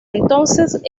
entonces